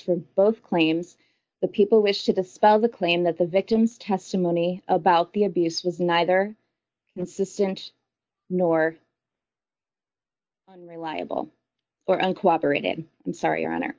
for both claims the people wish to dispel the claim that the victim's testimony about the abuse was neither consistent nor reliable or an cooperated i'm sorry your honor